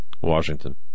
Washington